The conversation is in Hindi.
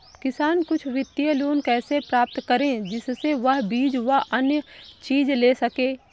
किसान कुछ वित्तीय लोन कैसे प्राप्त करें जिससे वह बीज व अन्य चीज ले सके?